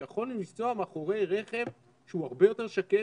כשאתה יכול לנסוע אחרי רכב שהוא הרבה יותר שקט,